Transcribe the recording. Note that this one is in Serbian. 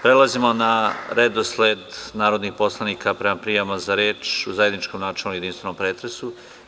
Prelazimo na redosled narodnih poslanika prema prijavama za reč u zajedničkom načelnom jedinstvenom pretresu.